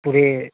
पूरे